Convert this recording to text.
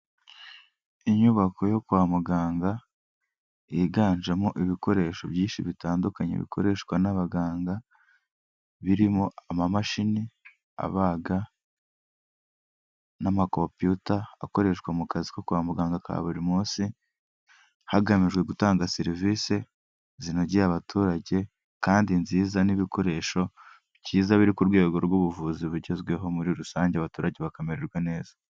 Inyubako yo kwa muganga yiganjemo ibikoresho byinshi bitandukanye bikoreshwa n'abaganga birimo amamashini abaga n'amakopuyuta akoreshwa mu kazi ko kwa muganga ka buri munsi hagamijwe gutanga serivisi zinogeye abaturage kandi nziza n'ibikoresho byiza biri ku rwego rw'ubuvuzi bugezweho muri rusange abaturage bakamererwa neza.